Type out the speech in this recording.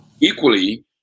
Equally